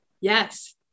Yes